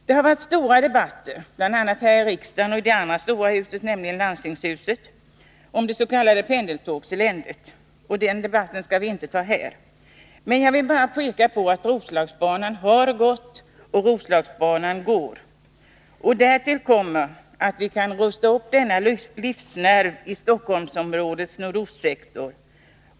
Det har varit stora debatter, bl.a. här i riksdagen och i det andra stora huset, nämligen Landstingshuset, om det s.k. ”pendeltågseländet”. Den debatten skall vi inte ta här. Men jag vill peka på att Roslagsbanan har gått och att den går. Därtill kommer att vi kan rusta upp denna livsnerv i Stockholmsområdets nordostsektor.